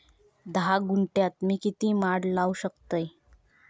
धा गुंठयात मी किती माड लावू शकतय?